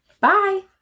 Bye